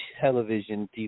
television